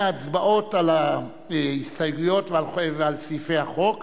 ההצבעות על ההסתייגויות לסעיפי החוק.